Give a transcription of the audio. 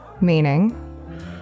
Meaning